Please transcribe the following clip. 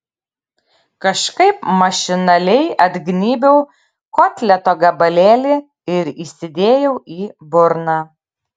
kažkaip mašinaliai atgnybiau kotleto gabalėlį ir įsidėjau į burną